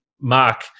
mark